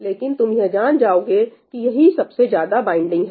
लेकिन तुम यह जान जाओगे कि यही सबसे ज्यादा बाइंडिंग है